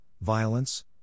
violence